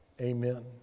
Amen